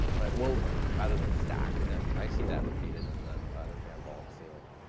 right, woven, rather than stacked, and i see that repeated in the the fan vault ceiling.